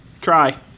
Try